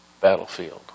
battlefield